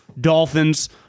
Dolphins